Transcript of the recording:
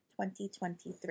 2023